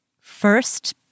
First